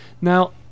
Now